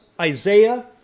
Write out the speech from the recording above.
Isaiah